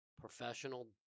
professional